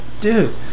dude